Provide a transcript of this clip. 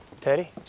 Teddy